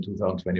2021